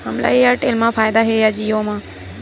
हमला एयरटेल मा फ़ायदा हे या जिओ मा?